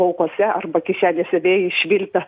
laukuose arba kišenėse vėjai švilpia